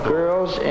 girls